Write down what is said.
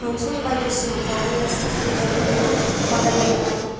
function बायदिसिना फ्रावबो मेथाइ खननाय बादायलायनाय